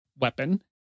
weapon